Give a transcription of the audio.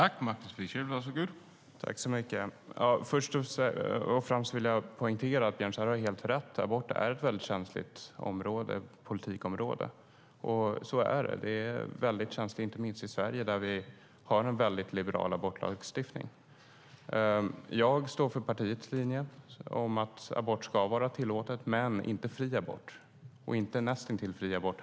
Herr talman! Först och främst vill jag poängtera att Björn Söder har helt rätt. Abort är ett väldigt känsligt politikområde. Så är det. Det är känsligt inte minst i Sverige, där vi har en väldigt liberal abortlagstiftning. Jag står för partiets linje att abort ska vara tillåtet, men inte fri abort och inte heller näst intill fri abort.